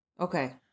Okay